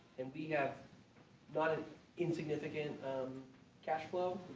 and we have not an insignificant um cash flow.